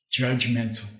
judgmental